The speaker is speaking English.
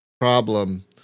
problem